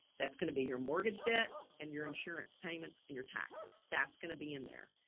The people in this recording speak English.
that's going to be your mortgage debt and your insurance payments and your taxes that's going to be in there.